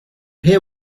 hear